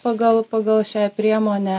pagal pagal šią priemonę